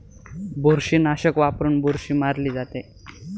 बुरशीनाशक वापरून बुरशी मारली जाते